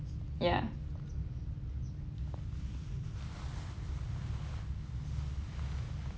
ya